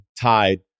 tied